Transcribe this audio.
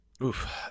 Oof